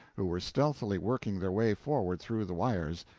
who were stealthily working their way forward through the wires.